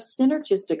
synergistic